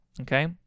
okay